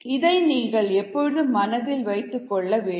இதை நீங்கள் எப்பொழுதும் மனதில் வைத்துக்கொள்ள வேண்டும்